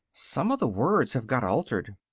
some of the words have got altered.